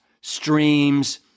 streams